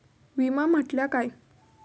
विमा म्हटल्या काय?